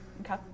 Okay